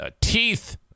teeth